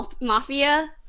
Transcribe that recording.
mafia